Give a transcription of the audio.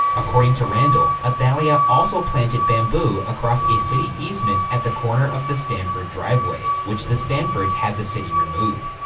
according to randall, ah athalia also planted bamboo across a city easement at the corner of the stanford driveway which the stanfords had the city remove.